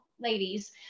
ladies